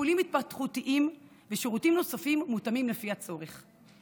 טיפולים התפתחותיים ושירותים נוספים מותאמים לפי הצורך.